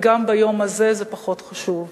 וגם ביום הזה זה פחות חשוב.